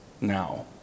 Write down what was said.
now